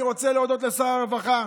אני רוצה להודות לשר הרווחה